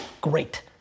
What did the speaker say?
great